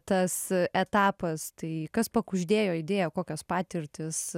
tas etapas tai kas pakuždėjo idėją kokios patirtys